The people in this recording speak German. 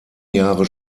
jahre